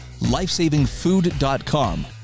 lifesavingfood.com